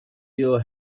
your